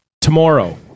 tomorrow